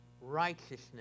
righteousness